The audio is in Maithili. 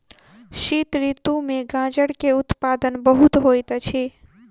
शीत ऋतू में गाजर के उत्पादन बहुत होइत अछि